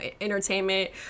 entertainment